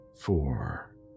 four